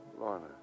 Lorna